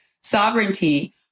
sovereignty